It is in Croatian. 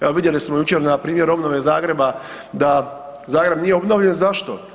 Evo vidjeli smo jučer na primjeru obnove Zagreba, da Zagreb nije obnovljen, zašto?